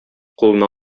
кулына